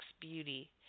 beauty